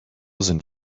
sind